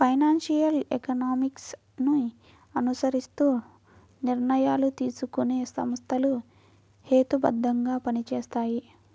financial economics ని అనుసరిస్తూ నిర్ణయాలు తీసుకునే సంస్థలు హేతుబద్ధంగా పనిచేస్తాయి